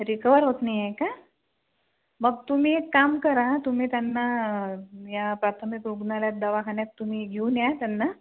recover होत नाही आहे का मग तुम्ही एक काम करा तुम्ही त्यांना या प्राथमिक रुग्णालयात दवाखान्यात तुम्ही घेऊन या त्यांना